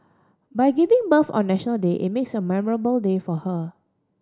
by giving birth on National Day it marks a memorable day for her